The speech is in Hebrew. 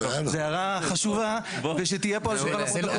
זו הערה חשובה, ושתירשם בפרוטוקול.